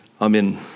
Amen